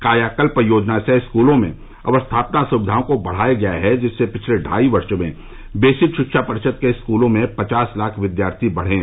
कायाकल्प योजना से स्कूलों में अवस्थापना सुविघाओं को बढ़ाया गया है जिससे पिछले ढाई वर्ष में वेसिक शिक्षा परिषद के स्कूलों में पचास लाख विद्यार्थी बढ़े हैं